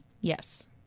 Yes